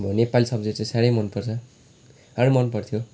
Nepali subject चाहिँ साह्रै मनपर्छ साह्रै मनपर्थ्यो